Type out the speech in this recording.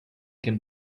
can